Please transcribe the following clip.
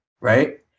right